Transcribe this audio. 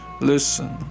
Listen